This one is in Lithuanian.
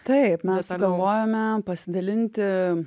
taip mes sugalvojome pasidalinti